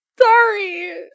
sorry